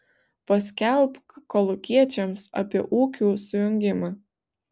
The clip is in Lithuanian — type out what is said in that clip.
paskelbk kolūkiečiams apie ūkių sujungimą